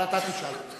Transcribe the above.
אבל אתה תשאל אותו.